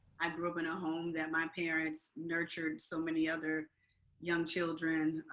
i grew up in a home that my parents nurtured so many other young children,